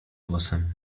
głosem